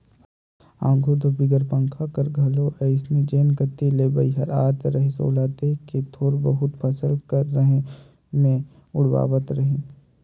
आघु दो बिगर पंखा कर घलो अइसने जेन कती ले बईहर आत रहिस ओला देख के थोर बहुत फसिल कर रहें मे उड़वात रहिन